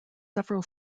several